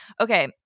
okay